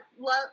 love